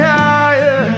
higher